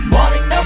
Morning